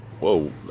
whoa